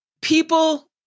People